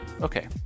okay